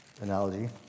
analogy